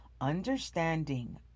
Understanding